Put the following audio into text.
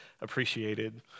appreciated